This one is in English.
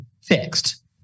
fixed